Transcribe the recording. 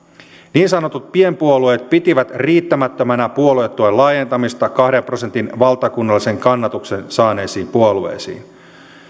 niin sanotut pienpuolueet pitivät riittämättömänä puoluetuen laajentamista kahden prosentin valtakunnallisen kannatuksen saaneisiin puolueisiin